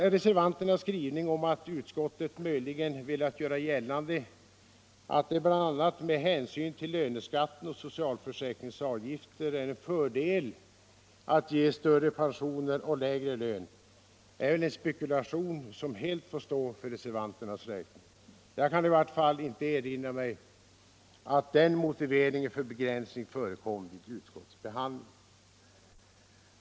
Reservanternas skrivning om att utskottet möjligen menar att det bl.a. med hänsyn till löneskatten och socialförsäkringsavgifter är en fördel att ge större pensioner och lägre lön är en spekulation som helt får stå för reser vanternas räkning. Jag kan i vart fall inte erinra mig att den motiveringen för begränsning förekom vid utskottsbehandlingen.